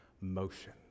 Motion